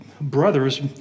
brothers